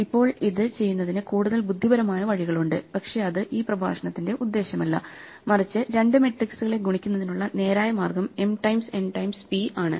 ഇപ്പോൾ ഇത് ചെയ്യുന്നതിന് കൂടുതൽ ബുദ്ധിപരമായ വഴികളുണ്ട് പക്ഷേ അത് ഈ പ്രഭാഷണത്തിന്റെ ഉദ്ദേശ്യമല്ല മറിച്ച് രണ്ട് മെട്രിക്സുകളെ ഗുണിക്കുന്നതിനുള്ള നേരായ മാർഗം m times n times p ആണ്